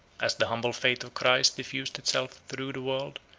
as the humble faith of christ diffused itself through the world,